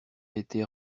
été